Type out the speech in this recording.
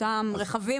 אותם רכבים.